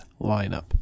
lineup